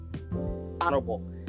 honorable